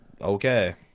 Okay